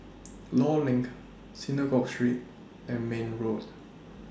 law LINK Synagogue Street and Mayne Road